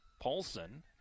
Paulson